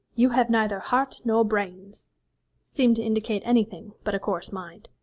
you have neither heart nor brains seemed to indicate anything but a coarse mind.